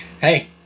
hey